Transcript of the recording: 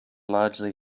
largely